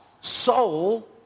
soul